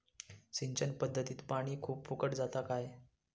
सिंचन पध्दतीत पानी खूप फुकट जाता काय?